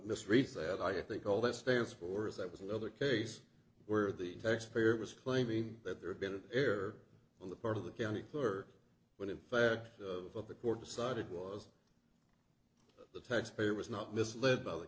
mistreats i said i think all that stands for is that was another case where the taxpayer was claiming that there had been an error on the part of the county clerk when in fact of the court decided was the taxpayer was not misled by the